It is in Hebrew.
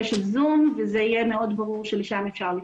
של זום וזה יהיה מאוד ברור שלשם אפשר לפנות.